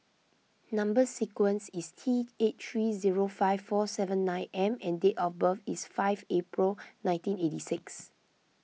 Number Sequence is T eight three zero five four seven nine M and date of birth is five April nineteen eighty six